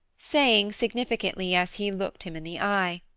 saying, significantly, as he looked him in the eye,